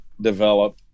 develop